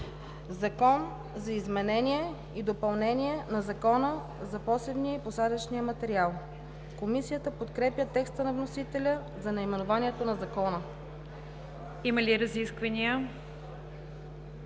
Закон за изменение и допълнение на Закона за посевния и посадъчния материал“. Комисията подкрепя текста на вносителя за наименованието на Закона. ПРЕДСЕДАТЕЛ